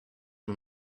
and